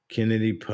Kennedy